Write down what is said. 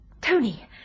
Tony